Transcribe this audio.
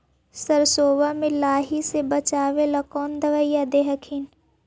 सरसोबा मे लाहि से बाचबे ले कौन दबइया दे हखिन?